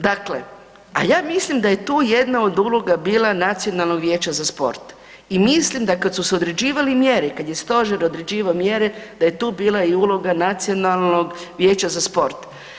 Dakle, a ja mislim da je tu jedna od uloga bila Nacionalnog vijeća za sport i mislim da kad su se određivale mjere i kad je stožer određivao mjere da je tu bila i uloga Nacionalnog vijeća za sport.